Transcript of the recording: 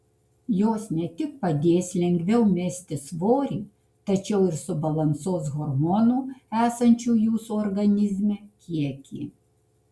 jos ne tik padės lengviau mesti svorį tačiau ir subalansuos hormonų esančių jūsų organizme kiekį